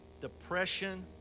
depression